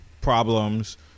problems